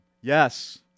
Yes